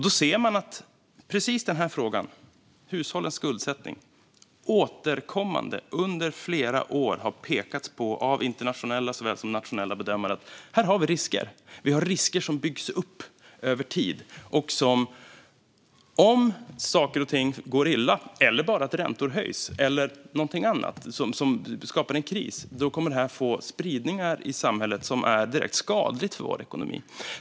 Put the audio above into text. Vi ser att internationella såväl som nationella bedömare återkommande under flera år har pekat på just denna fråga, hushållens skuldsättning, och sagt att vi här har risker som byggs upp över tid. Om saker och ting går illa, eller bara om räntor höjs eller något annat inträffar som skapar en kris kommer detta att få spridningar i samhället som är direkt skadliga för vår ekonomi.